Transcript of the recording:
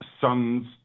sons